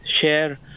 share